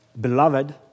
Beloved